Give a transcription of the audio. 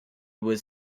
was